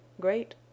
great